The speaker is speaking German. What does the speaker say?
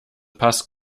pass